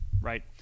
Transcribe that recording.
right